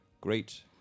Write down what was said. great